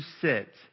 sit